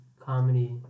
comedy